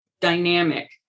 dynamic